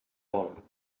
vol